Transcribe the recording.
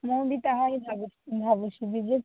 ମୁଁ ବି ତାହା ହିଁ ଭାବୁଛି ଭାବୁଛି ବି ଜେ ପି